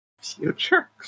future